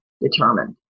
determined